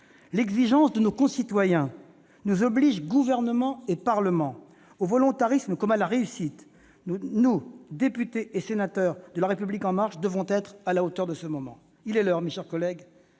L'exigence de nos concitoyens nous oblige, Gouvernement et Parlement, au volontarisme comme à la réussite. Nous, députés et sénateurs de La République en marche, devons être à la hauteur de ce moment. Il est l'heure, mes chers collègues,